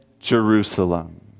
Jerusalem